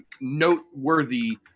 noteworthy